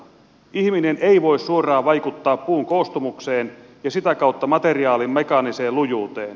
ihminen ei voi suoraan vaikuttaa puun koostumukseen ja sitä kautta materiaalin mekaaniseen lujuuteen